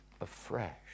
afresh